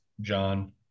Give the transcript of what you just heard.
John